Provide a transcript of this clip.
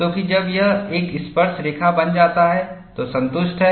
तो कि जब यह एक स्पर्शरेखा बन जाता है तो संतुष्ट है